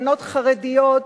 בנות חרדיות,